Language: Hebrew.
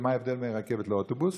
מה ההבדל בין רכבת לאוטובוס.